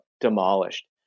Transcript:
demolished